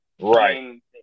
Right